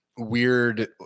Weird